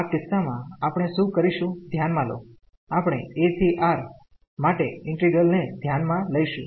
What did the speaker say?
તેથી આ કિસ્સામાં આપણે શું કરીશું ધ્યાનમાં લો આપણે a થી R માટે ઈન્ટિગ્રલ ને ધ્યાનમાં લઈશું